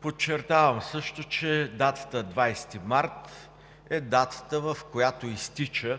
Подчертавам също, че датата 20 март 2019 г. е датата, в която изтича